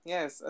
Yes